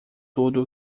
tudo